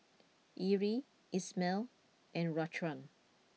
Erie Ismael and Raquan